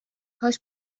کاش